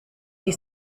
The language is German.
die